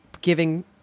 giving